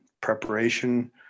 preparation